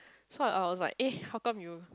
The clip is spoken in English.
so I was like eh how come you